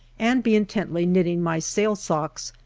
and be intently knitting my sale-socks,